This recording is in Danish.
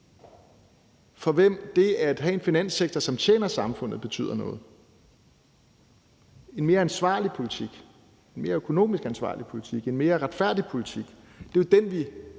for hvem det at have en finanssektor, som tjener samfundet, betyder noget – en mere ansvarlig politik, en mere økonomisk ansvarlig politik, en mere retfærdig politik. Det er jo den, vi